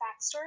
backstory